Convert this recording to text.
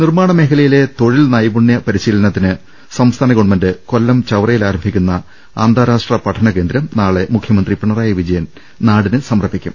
നിർമ്മാണ മേഖലയിലെ തൊഴിൽ നൈപുണ്യ പരി ശീലനത്തിന് സംസ്ഥാന ഗവൺമെന്റ് കൊല്ലം ചവറ യിൽ ആരംഭിക്കുന്ന അന്താരാഷ്ട്ര പഠനകേന്ദ്രം നാളെ മുഖ്യമന്ത്രി പിണറായി വിജയൻ നാടിന് സമർപ്പിക്കും